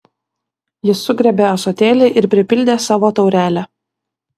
jis sugriebė ąsotėlį ir pripildė savo taurelę